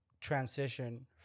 transition